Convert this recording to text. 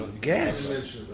gas